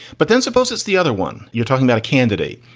but then suppose it's the other one you're talking about a candidate.